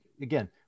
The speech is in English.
again